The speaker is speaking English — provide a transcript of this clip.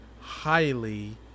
highly